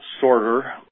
sorter